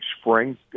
spring